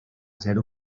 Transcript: zero